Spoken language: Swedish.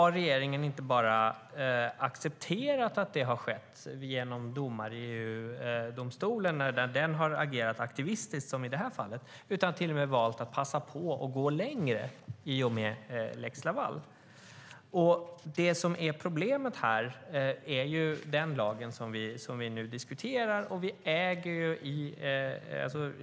Regeringen har inte bara accepterat att det har skett genom domar i EU-domstolen ,som i det här fallet har agerat aktivistiskt, utan har till och med valt att passa på att gå längre i och med lex Laval. Problemet är den lag som vi nu diskuterar.